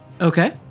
Okay